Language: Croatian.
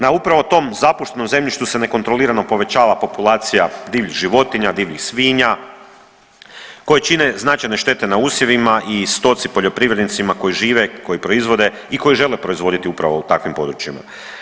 Na upravo tom zapuštenom zemljištu se nekontrolirano povećava populacija divljih životinja, divljih svinja koje čine značajne štete na usjevima i stoci i poljoprivrednicima koji žive, koji proizvode i koji žele proizvoditi upravo u takvim područjima.